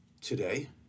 today